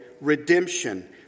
redemption